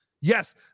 yes